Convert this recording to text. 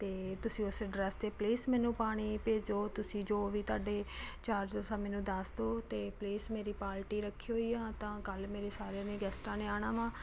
ਅਤੇ ਤੁਸੀਂ ਉਸ ਡਰੈਸ 'ਤੇ ਪਲੀਸ ਮੈਨੂੰ ਪਾਣੀ ਭੇਜੋ ਤੁਸੀਂ ਜੋ ਵੀ ਤੁਹਾਡੇ ਚਾਰਜਸ ਆ ਮੈਨੂੰ ਦੱਸ ਦਓ ਅਤੇ ਪਲੀਜ਼ ਮੇਰੀ ਪਾਲਟੀ ਰੱਖੀ ਹੋਈ ਆ ਤਾਂ ਕੱਲ੍ਹ ਮੇਰੇ ਸਾਰਿਆਂ ਨੇ ਗੈਸਟਾਂ ਨੇ ਆਉਣਾ ਵਾ